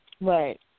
Right